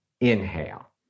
inhale